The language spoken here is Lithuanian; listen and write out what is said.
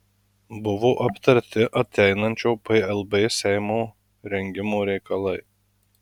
buvo aptarti ateinančio plb seimo rengimo reikalai